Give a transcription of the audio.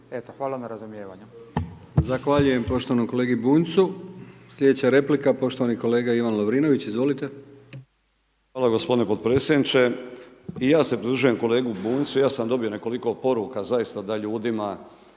Hvala na razumijevanju.